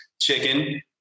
chicken